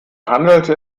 handelte